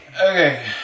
Okay